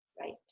Right